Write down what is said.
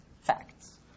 facts